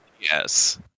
Yes